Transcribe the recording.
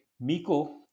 Miko